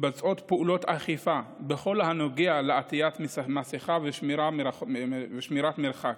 מתבצעות פעולות אכיפה בכל הנוגע לעטיית מסכה ושמירת מרחק,